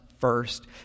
first